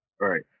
right